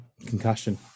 concussion